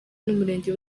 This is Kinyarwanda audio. n’umurenge